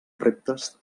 reptes